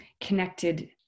connected